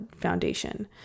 foundation